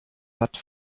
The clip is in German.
watt